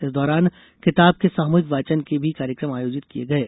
इस दौरान किताब के सामूहिक वाचन के भी कार्यकम आयोजित किये गये